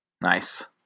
Nice